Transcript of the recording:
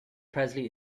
presley